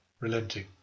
relenting